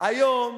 היום